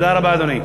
תודה רבה, אדוני.